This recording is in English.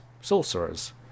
Sorcerers